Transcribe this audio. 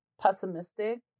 pessimistic